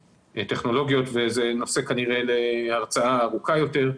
טכנולוגיות וזה כנראה נושא להרצאה ארוכה יותר.